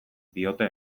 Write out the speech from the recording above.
diote